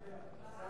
מה